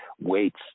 weights